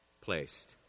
placed